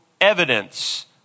evidence